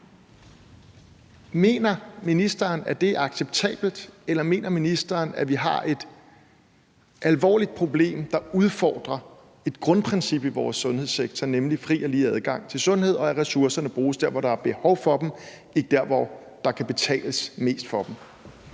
Mener ministeren, at det er acceptabelt, eller mener ministeren, at vi har et alvorligt problem, der udfordrer et grundprincip i vores sundhedssektor, nemlig fri og lige adgang til sundhed, og at ressourcerne bruges der, hvor der er behov for dem, ikke der, hvor der kan betales mest for dem?